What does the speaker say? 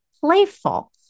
playful